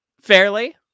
fairly